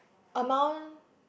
amount